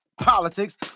Politics